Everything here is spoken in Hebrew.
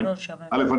אל"ף,